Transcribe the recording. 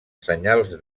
senyals